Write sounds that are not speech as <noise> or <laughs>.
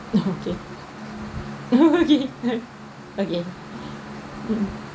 okay <laughs> okay right okay mmhmm